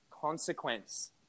consequence